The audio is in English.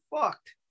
fucked